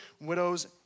widows